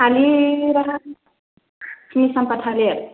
थालिरा सिनसाम्पा थालिर